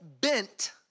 bent